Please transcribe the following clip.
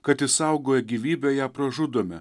kad išsaugoję gyvybę ją pražudome